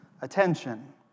attention